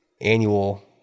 annual